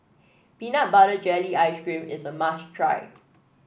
Peanut Butter Jelly Ice cream is a must try